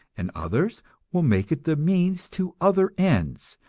and others will make it the means to other ends,